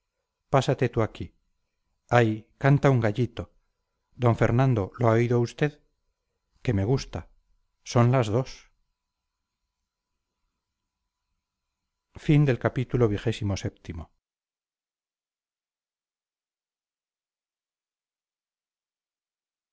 pásate tú aquí ay canta un gallito don fernando lo ha oído usted que me gusta son las dos